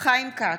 חיים כץ,